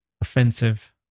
offensive